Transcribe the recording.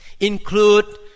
include